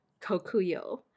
Kokuyo